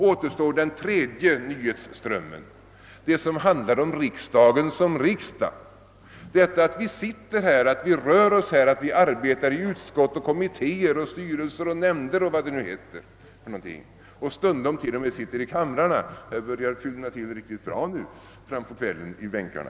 Återstår den tredje nyhetsströmmen — den som handlar om riksdagen som riksdag, att vi sitter här, att vi rör oss här, att vi arbetar i utskott och kommittéer och styrelser och nämnder och vad det kan heta och stundom till och med sitter i kamrarna.